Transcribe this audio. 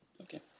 Okay